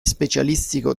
specialistico